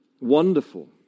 wonderful